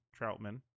Troutman